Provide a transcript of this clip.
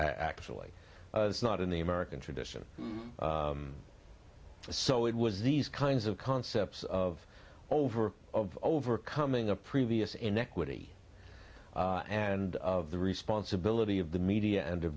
actually it's not in the american tradition so it was these kinds of concepts of over of overcoming a previous inequity and of the responsibility of the media and